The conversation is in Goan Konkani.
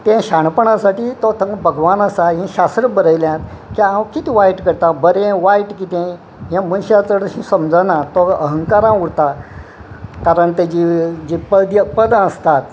ते शाणपणासाठी तो तिंगा भगवान आसा हे शास्त्र बरयल्यान की हांव कितें वायट करता बरें वायट कितें हें मनशां चड अशी समजना तो अहंकारां उरता कारण तेजी जी पद पदां आसतात